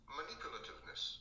manipulativeness